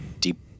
deep